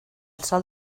sol